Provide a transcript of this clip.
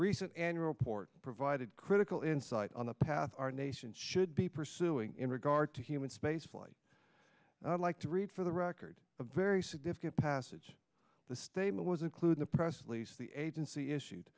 recent annual report provided critical insight on the path our nation should be pursuing in regard to human spaceflight and i'd like to read for the record a very significant passage the statement was including the press release the agency issued